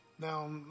Now